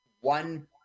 one